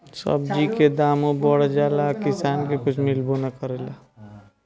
सब्जी के दामो बढ़ जाला आ किसान के कुछ मिलबो ना करेला